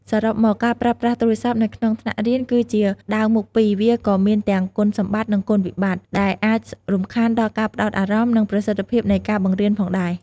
សរុបមក ការប្រើប្រាស់ទូរស័ព្ទនៅក្នុងថ្នាក់រៀនគឺជា ដាវមុខពីរ វាក៏មានទាំង គុណសម្បត្តិ និងគុណវិបត្តិ ដែលអាចរំខានដល់ការផ្តោតអារម្មណ៍ និងប្រសិទ្ធភាពនៃការបង្រៀនផងដែរ។